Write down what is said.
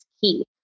key